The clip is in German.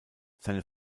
seine